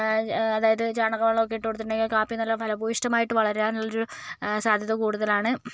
അതായത് ചാണക വളമൊക്കെ ഇട്ടു കൊടുത്തിട്ടുണ്ടെങ്കിൽ കാപ്പി നല്ല ഫലഭൂവിഷ്ഠമായിട്ട് വളരാനുള്ളൊരു സാദ്ധ്യത കൂടുതലാണ്